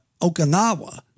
Okinawa